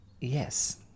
yes